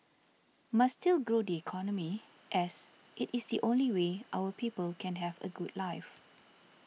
must still grow the economy as it is the only way our people can have a good life